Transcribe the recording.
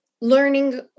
learning